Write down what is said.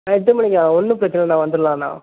எட்டு மணிக்கா ஒன்றும் பிரச்சனல்லண்ணா வந்துரலாண்ணா